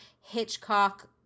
Hitchcock